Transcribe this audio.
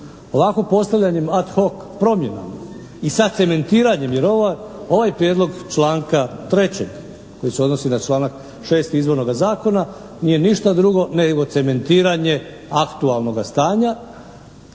Ovako postavljanjem ad hoc promjenama i sa cementiranjem jer ovaj, ovaj prijedlog članka 3. koji se odnosi na članak 6. Izbornoga zakona nije ništa drugo nego cementiranje aktualnoga stanja